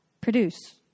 produce